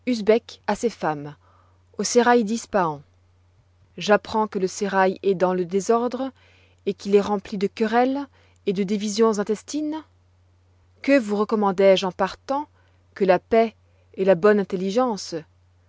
à ses femmes au sérail d'ispahan j apprends que le sérail est dans le désordre et qu'il est rempli de querelles et de divisions intestines que vous recommandai je en partant que la paix et la bonne intelligence